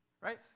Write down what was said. Right